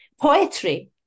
poetry